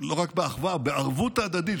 לא רק באחווה, בערבות הדדית.